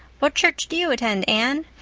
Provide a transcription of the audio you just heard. what church do you attend, anne?